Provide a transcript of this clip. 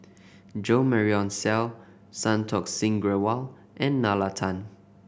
Jo Marion Seow Santokh Singh Grewal and Nalla Tan